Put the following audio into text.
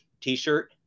t-shirt